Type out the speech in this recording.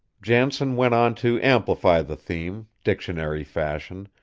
jansen went on to amplify the theme, dictionary-fashion,